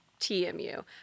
tmu